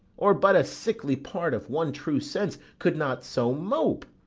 or but a sickly part of one true sense could not so mope.